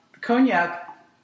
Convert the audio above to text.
cognac